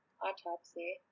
Autopsy